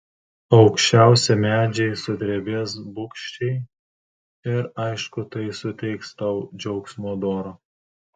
aukščiausi medžiai sudrebės bugščiai ir aišku tai suteiks tau džiaugsmo doro